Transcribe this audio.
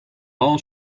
all